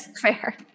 Fair